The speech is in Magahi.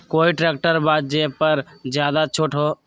कोइ ट्रैक्टर बा जे पर ज्यादा छूट हो?